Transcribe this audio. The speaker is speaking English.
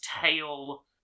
tail